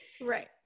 Right